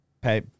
pay